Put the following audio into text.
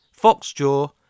Foxjaw